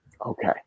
Okay